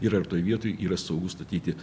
ir ar toj vietoj yra saugu statyti